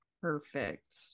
Perfect